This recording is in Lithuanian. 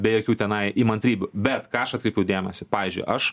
be jokių tenai įmantrybių bet ką aš atkreipiau dėmesį pavyzdžiui aš